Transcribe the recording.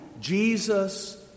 Jesus